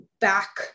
Back